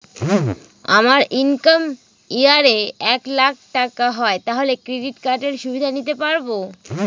আমার income year এ এক লাক টাকা হয় তাহলে ক্রেডিট কার্ড এর সুবিধা নিতে পারবো?